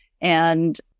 And-